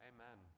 Amen